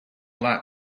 that